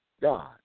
God